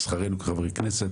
שכרנו כחברי כנסת,